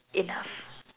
enough